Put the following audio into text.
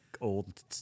old